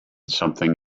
something